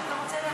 אתה רוצה להחליף,